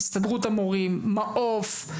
הסתדרות המורים מעו"ף,